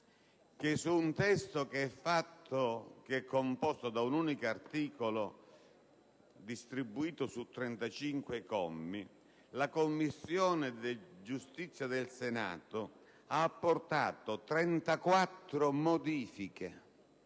che, su un testo composto da un unico articolo distribuito su 35 commi, la Commissione giustizia del Senato ha apportato 34 modifiche: